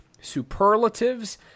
superlatives